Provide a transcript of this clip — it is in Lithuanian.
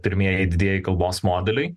pirmieji didieji kalbos modeliai